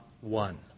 one